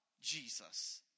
Jesus